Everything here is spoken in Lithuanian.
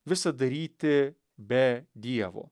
visa daryti be dievo